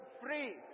free